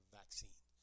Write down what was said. vaccine